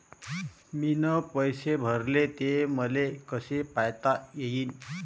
मीन पैसे भरले, ते मले कसे पायता येईन?